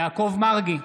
יעקב מרגי,